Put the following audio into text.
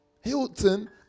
Hilton